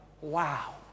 wow